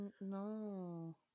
No